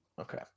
Okay